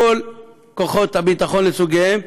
כל כוחות הביטחון לסוגיהם,